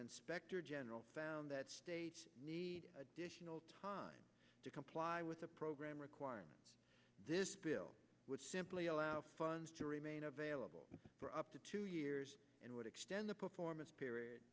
inspector general found that need additional time to comply with the program requirement this bill would simply allow funds to remain available for up to two years and would extend the performance